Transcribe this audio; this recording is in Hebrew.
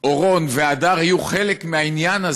אורון והדר תהיה חלק מהעניין,